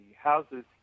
houses